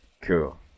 cool